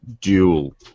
duel